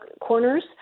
corners